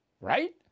right